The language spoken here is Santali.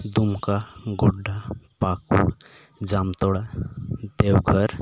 ᱫᱩᱢᱠᱟ ᱜᱳᱰᱰᱟ ᱯᱟᱹᱠᱩᱲ ᱡᱟᱢᱛᱟᱲᱟ ᱫᱮᱣᱜᱷᱚᱨ